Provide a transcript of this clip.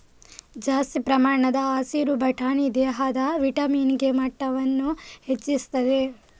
ಜಾಸ್ತಿ ಪ್ರಮಾಣದ ಹಸಿರು ಬಟಾಣಿ ದೇಹದಲ್ಲಿ ವಿಟಮಿನ್ ಕೆ ಮಟ್ಟವನ್ನ ಹೆಚ್ಚಿಸ್ತದೆ